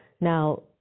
Now